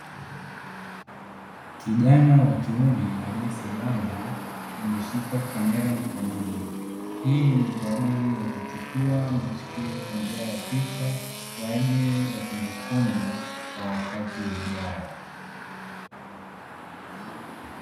Kijana wa kiume aliyesimama ameshika kamera mkononi hii ni kwa ajili ya kuchukua matukio kwa njia ya picha kwa ajili ya kumbukumbu kwa wakati ujao.